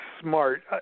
smart